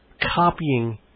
copying